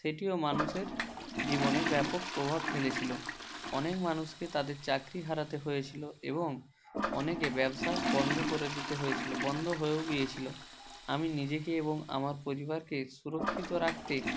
সেটিও মানুষের জীবনে ব্যাপক প্রভাব ফেলেছিলো অনেক মানুষকে তাদের চাকরি হারাতে হয়েছিলো এবং অনেকে ব্যবসা বন্ধ করে দিতে হয়েছিলো বন্ধ হয়েও গিয়েছিলো আমি নিজেকে এবং আমার পরিবারকে সুরক্ষিত রাখতে